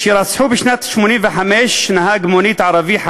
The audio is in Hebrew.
שרצחו בשנת 1985 נהג מונית ערבי,